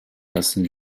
lassen